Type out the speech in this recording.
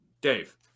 Dave